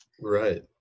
right